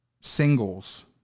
singles